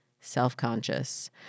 self-conscious